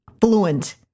fluent